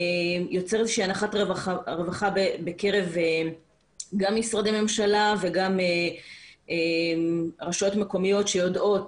יוצר אנחת רווחה בקרב גם משרי ממשלה וגם רשויות מקומיות שיודעות